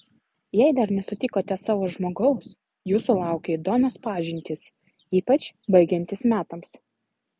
jei dar nesutikote savo žmogaus jūsų laukia įdomios pažintys ypač baigiantis metams